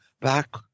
back